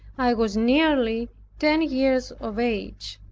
i was nearly ten years of age.